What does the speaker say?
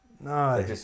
No